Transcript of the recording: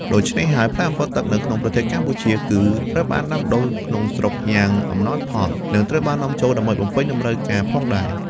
ដូច្នេះហើយ ផ្លែអម្ពិលទឹកនៅក្នុងប្រទេសកម្ពុជាគឺត្រូវបានដាំដុះក្នុងស្រុកយ៉ាងអំណោយផល និងត្រូវបាននាំចូលដើម្បីបំពេញតម្រូវការផងដែរ។